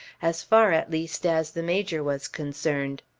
as far at least as the major was concerned.